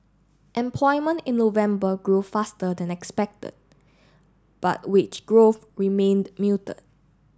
employment in November grow faster than expected but wage growth remained muted